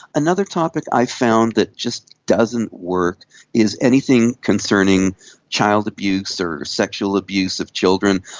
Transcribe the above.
another topic i found that just doesn't work is anything concerning child abuse or sexual abuse of children,